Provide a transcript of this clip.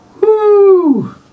Woo